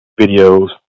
videos